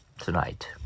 tonight